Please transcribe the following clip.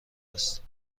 است